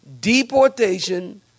Deportation